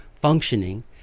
functioning